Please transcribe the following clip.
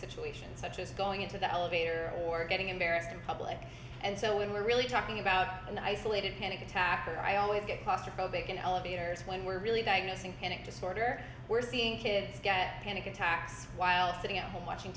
situations such as going into the elevator or getting embarrassed in public and so when we're really talking about an isolated panic attack or i always get possible bacon elevators when we're really diagnosing panic disorder we're seeing kids get panic attacks while sitting at home watching